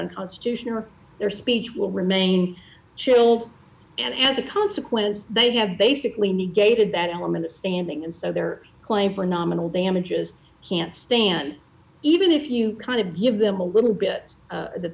unconstitutional their speech will remain chill and as a consequence they have basically negated that element standing and so their claim for nominal damages can't stand even if you kind of give them a little bit that th